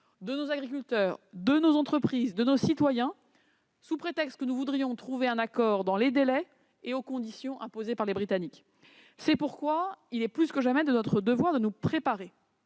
de nos agriculteurs, de nos entreprises, de nos concitoyens, sous prétexte de trouver un accord dans les délais et aux conditions imposés par les Britanniques. C'est pourquoi il est plus que jamais de notre devoir de nous préparer,